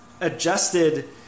adjusted